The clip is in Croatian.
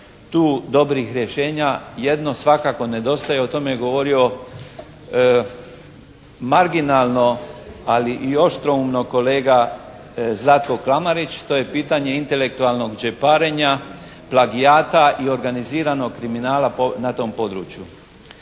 tu dobrih rješenja. Jedno svakako nedostaje. O tome je govorio marginalno ali i oštroumno kolega Zlatko Kramarić. To je pitanje intelektualnog đeparenja, plagijata i organiziranog kriminala na tom području.